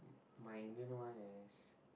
my Indian one is